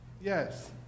yes